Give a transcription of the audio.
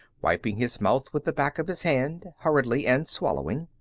wiping his mouth with the back of his hand, hurriedly, and swallowing.